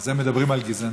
אז הם מדברים על גזענות?